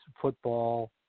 football